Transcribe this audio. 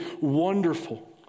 wonderful